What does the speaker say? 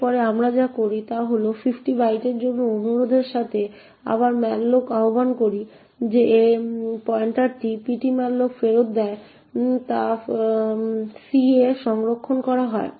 এরপরে আমরা যা করি তা হল আমরা 50 বাইটের জন্য অনুরোধের সাথে আবার malloc আহ্বান করি এবং যে পয়েন্টারটি malloc ফেরত দেয় তা c এ সংরক্ষণ করা হয়